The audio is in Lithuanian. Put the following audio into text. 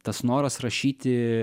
tas noras rašyti